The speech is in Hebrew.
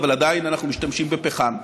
אבל עדיין אנחנו משתמשים בפחם,